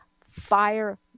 fire